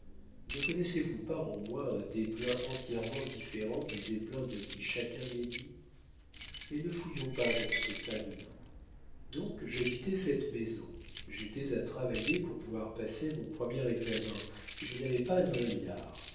ne connaissez-vous pas en moi un desplein entièrement différent du desplein de qui chacun médit mais ne fouillons pas dans ce tas de boue donc j'habitais cette maison j'étais à travailler pour pouvoir passer mon premier examen et je n'avais pas un liard